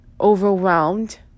overwhelmed